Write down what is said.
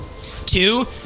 two